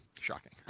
Shocking